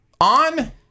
On